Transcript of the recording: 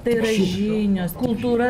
tai yra žinios kultūra